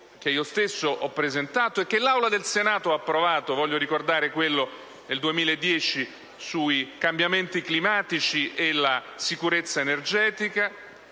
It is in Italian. che io stesso ho presentato e che l'Assemblea del Senato ha approvato: ricordo quello del 2010 sui cambiamenti climatici e la sicurezza energetica